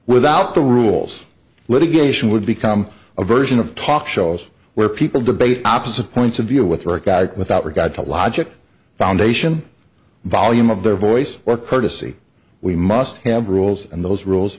without the rules litigation would become a version of talk shows where people debate opposite points of view with work out without regard to logic foundation volume of their voice or courtesy we must have rules and those rules